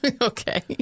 Okay